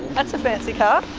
that's a fancy car.